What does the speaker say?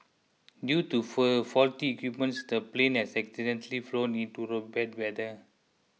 due to full faulty equipments the plane had accidentally flown into the bad weather